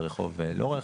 ברחוב לורך,